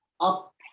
up